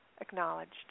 acknowledged